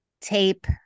Tape